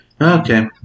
Okay